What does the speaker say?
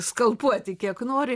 skalpuoti kiek nori